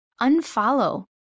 Unfollow